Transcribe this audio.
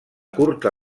curta